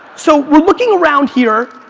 so we're looking around here,